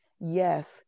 Yes